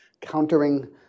countering